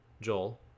Joel